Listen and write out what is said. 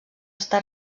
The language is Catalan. està